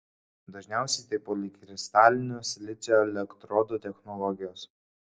dažniausiai tai polikristalinio silicio elektrodų technologijos